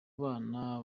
bana